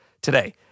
Today